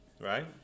Right